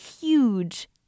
huge